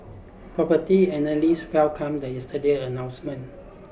property analysts welcomed the yesterday announcement